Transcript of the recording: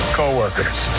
co-workers